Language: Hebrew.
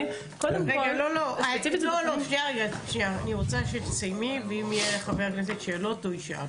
אני רוצה שתסיימי ואם יהיו לחבר הכנסת שאלות הוא ישאל.